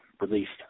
released